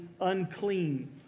unclean